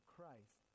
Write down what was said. Christ